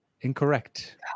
Incorrect